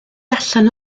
allan